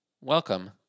Welcome